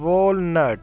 walnuts